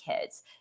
kids